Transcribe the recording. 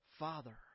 father